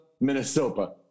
Minnesota